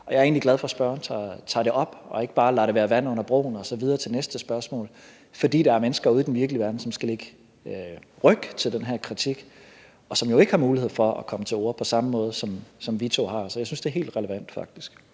jeg er egentlig glad for, at spørgeren tager det op og ikke bare lader det være vand under broen og så videre til det næste spørgsmål. For der er mennesker ude i den virkelige verden, som skal lægge ryg til den her kritik, og som jo ikke har mulighed for at komme til orde på samme måde, som vi to har. Så jeg synes faktisk, det er helt relevant.